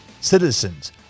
Citizens